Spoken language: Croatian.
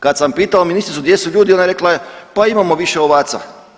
Kad sam pitao ministricu gdje su ljudi, ona je rekla pa imamo više ovaca.